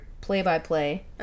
play-by-play